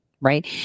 right